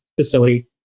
facility